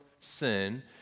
sin